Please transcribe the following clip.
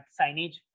signage